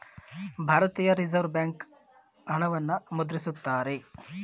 ಭಾರತೀಯ reserve bank ಹಣವನ್ನು ಮುದ್ರಿಸುತ್ತಾರೆ